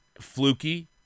fluky